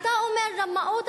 אתה אומר: רמאות,